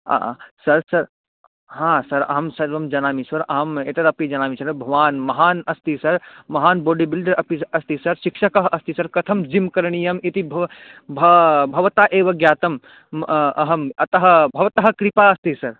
आ आ sir sir हा सर् अहं सर्वं जानामि सर् अहम् एतदपि जानामि सर् भवान् महान् अस्ति सर् महान् बोडि बिल्डर् अपि अस्ति सर् शिक्षकः अस्ति सर् कथं जिम् करणीयम् इति भो भा भवतः एव ज्ञातं म् अहम् अतः भवतः कृपा अस्ति सर्